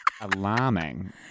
Alarming